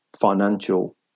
financial